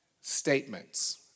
statements